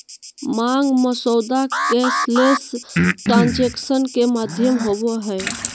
मांग मसौदा cashless transaction के माध्यम होबो हइ